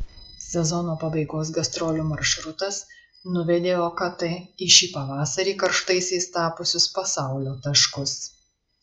sezono pabaigos gastrolių maršrutas nuvedė okt į šį pavasarį karštaisiais tapusius pasaulio taškus